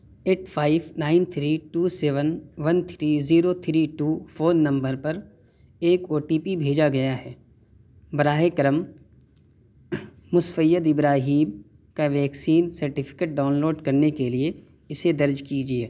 at five nine three two seven one three zero three two phone number پر ایک O T P بھیجا گیا ہے براہِ کرم مسفید ابراہیم کا ویکسین سرٹیفکیٹ ڈاؤن لوڈ کرنے کے لیے اسے درج کیجیے